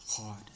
hard